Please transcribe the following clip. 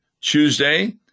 Tuesday